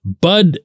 Bud